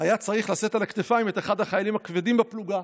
היה צריך לשאת על הכתפיים את אחד החיילים הכבדים בפלוגה.